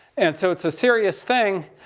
and so it's a serious thing.